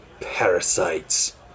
parasites